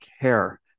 care